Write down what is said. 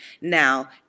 Now